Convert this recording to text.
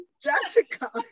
jessica